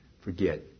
forget